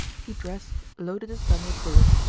he dressed, loaded his gun with bullets,